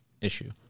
issue